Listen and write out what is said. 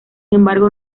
embargo